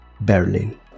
Berlin